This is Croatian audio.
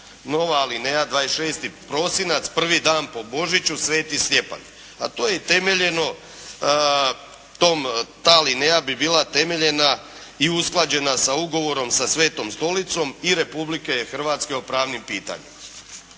nova alineja 26. prosinac prvi dan po Božiću Sv. Stjepan. A to je i temeljeno tom, ta alineja bi bila temeljena i usklađena sa Ugovorom sa Svetom Stolicom i Republike Hrvatske o pravnim pitanjima.